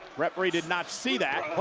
referee did not see that.